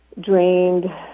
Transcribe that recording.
drained